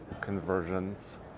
conversions